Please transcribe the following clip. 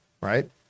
right